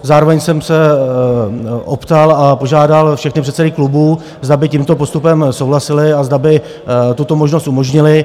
Zároveň jsem se optal a požádal všechny předsedy klubů, zda by s tímto postupem souhlasili a zda by tuto možnost umožnili.